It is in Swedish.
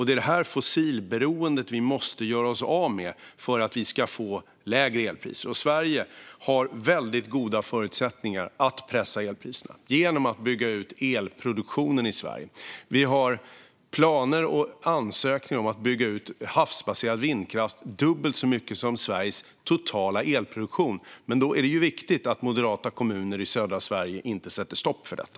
Det är det här fossilberoendet vi måste göra oss av med för att vi ska få lägre elpriser. Sverige har väldigt goda förutsättningar att pressa elpriserna genom att bygga ut elproduktionen i Sverige. Vi har planer och ansökningar om att bygga ut havsbaserad vindkraft dubbelt så mycket som Sveriges totala elproduktion. Men då är det viktigt att moderata kommuner i södra Sverige inte sätter stopp för detta.